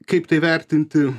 kaip tai vertinti